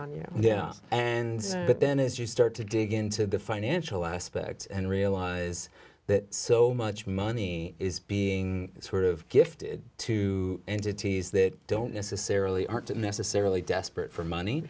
but then as you start to dig into the financial aspects and realize that so much money is being sort of gifted to entities that don't necessarily aren't necessarily desperate for money